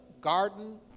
garden